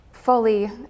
fully